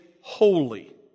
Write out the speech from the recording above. holy